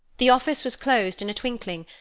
the office was closed in a twinkling,